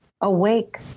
Awake